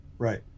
Right